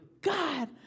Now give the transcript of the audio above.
God